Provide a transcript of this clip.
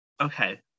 Okay